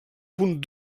punt